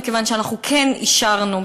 מכיוון שאנחנו כן אישרנו,